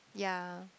yeah